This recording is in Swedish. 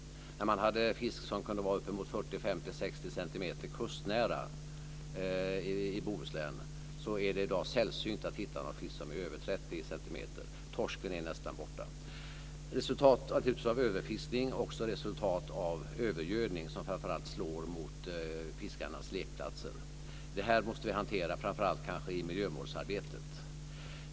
Då hade man fisk som kunde vara uppemot 40-60 cm kustnära i Bohuslän. I dag är det sällsynt att hitta någon fisk som är över 30 cm. Torsken är nästan borta. Det är naturligtvis ett resultat av överfiskning och av övergödning, som framför allt slår mot fiskarnas lekplatser. Det här måste vi hantera, kanske framför allt i miljövårdsarbetet.